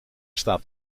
staat